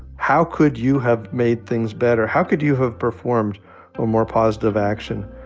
how could you have made things better? how could you have performed a more positive action?